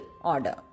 order